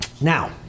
Now